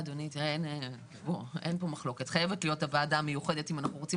אין פה מחלוקת הוועדה המיוחדת חייבת להיות אם אנחנו רוצים